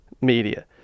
media